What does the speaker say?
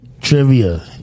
trivia